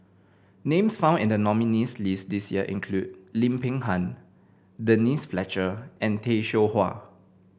names found in the nominees' list this year include Lim Peng Han Denise Fletcher and Tay Seow Huah